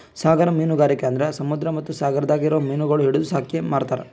ಸಾಗರ ಮೀನುಗಾರಿಕೆ ಅಂದುರ್ ಸಮುದ್ರ ಮತ್ತ ಸಾಗರದಾಗ್ ಇರೊ ಮೀನಗೊಳ್ ಹಿಡಿದು ಸಾಕಿ ಮಾರ್ತಾರ್